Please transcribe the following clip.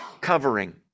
covering